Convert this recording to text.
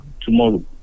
tomorrow